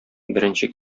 беренче